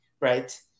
Right